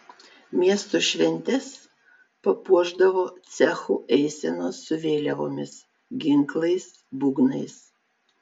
miesto šventes papuošdavo cechų eisenos su vėliavomis ginklais būgnais